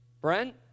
Brent